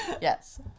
yes